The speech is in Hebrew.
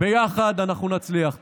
ביחד אנחנו נצליח.